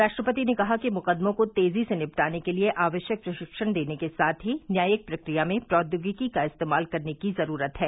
राष्ट्रपति ने कहा कि मुकदमों को तेजी से निपटाने के लिए आवश्यक प्रशिक्षण देने के साथ ही न्यायिक प्रक्रिया में प्रौद्योगिकी का इस्तेमाल करने की जरूरत है